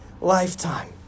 lifetime